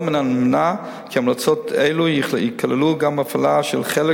לא מן הנמנע כי המלצות אלו יכללו גם הפעלה של חלק